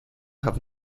have